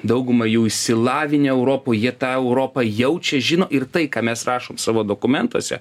dauguma jų išsilavinę europoj jie tą europą jaučia žino ir tai ką mes rašom savo dokumentuose